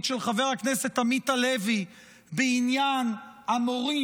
של חבר הכנסת עמית הלוי בעניין המורים